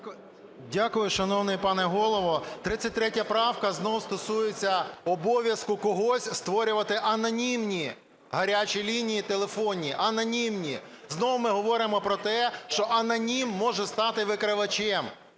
Дякую, шановний пане Голово. 33 правка знову стосується обов'язку когось створювати анонімні гарячі лінії телефонні, анонімні. Знову ми говоримо про те, що анонім може стати викривачем.